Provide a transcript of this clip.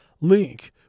link